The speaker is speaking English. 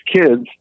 kids